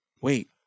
wait